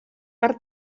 per